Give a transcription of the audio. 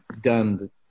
done